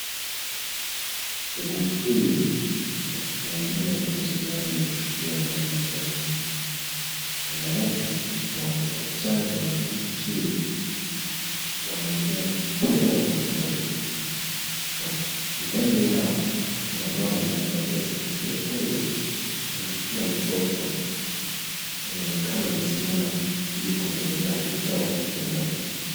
Muuguzi huyu anamdunga mtoto sindano mwenye kushikiliwa na mama mzazi, nyuma yake kuna watoto wachanga wameketi chini wanaendelea kupewa matibabu ,na mbele yao kuna mama amevalia sketi nyekundu ameshikilia mtoto ameonekana amesimama ili kugonjea kupewa huduma hii.